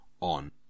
on